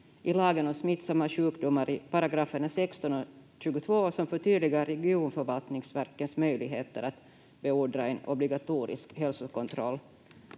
i lagen om smittsamma sjukdomar i § 16 och 22 som förtydligar regionförvaltningsverkets möjligheter att beordra en obligatorisk hälsokontroll.